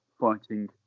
fighting